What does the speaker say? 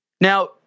Now